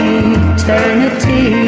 eternity